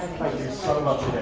you so much.